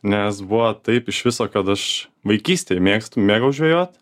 nes buvo taip iš viso kad aš vaikystėj mėgstu mėgau žvejot